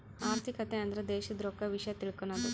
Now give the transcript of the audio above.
ಆರ್ಥಿಕತೆ ಅಂದ್ರ ದೇಶದ್ ರೊಕ್ಕದ ವಿಷ್ಯ ತಿಳಕನದು